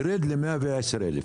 ירד ל-110,000